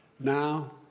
Now